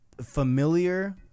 familiar